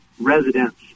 residents